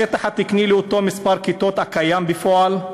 השטח התקני לאותו מספר כיתות הקיים בפועל,